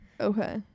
Okay